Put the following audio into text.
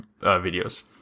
videos